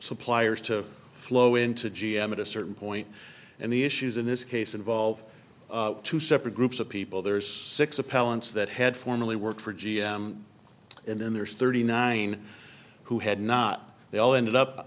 suppliers to flow into g m at a certain point and the issues in this case involve two separate groups of people there are six appellants that had formerly worked for g m and then there's thirty nine who had not they all ended up